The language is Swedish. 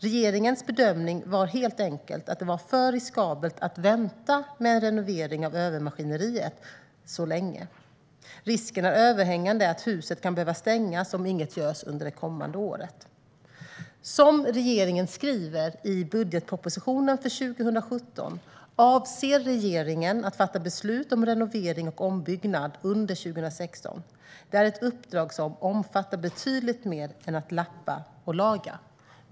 Regeringens bedömning var helt enkelt att det var för riskabelt att vänta så länge med en renovering av övermaskineriet. Risken är överhängande att huset kan behöva stängas om inget görs under det kommande året. Som regeringen skriver i budgetpropositionen för 2017 avser regeringen att fatta beslut om renovering och ombyggnad under 2016. Det är ett uppdrag som omfattar betydligt mer än att lappa och laga.